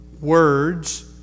words